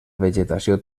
vegetació